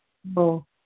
ꯑꯣ